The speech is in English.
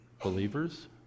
Believers